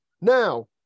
Now